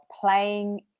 playing